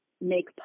make